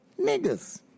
niggers